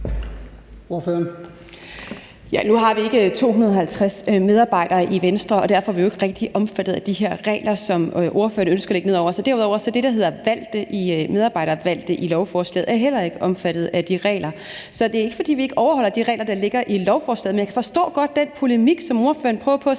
Nu har vi ikke 250 medarbejdere i Venstre, og derfor er vi jo ikke rigtig omfattet af de her regler, som ordføreren ønsker at lægge ned over os. Derudover er det, der hedder medarbejdervalgte i lovforslaget, heller ikke omfattet af de regler. Så det er ikke, fordi vi ikke overholder de regler, der ligger i lovforslaget. Men jeg forstår godt den polemik, som ordføreren prøver på at